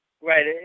Right